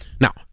Now